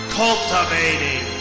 cultivating